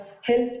health